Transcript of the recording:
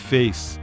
Face